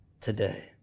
today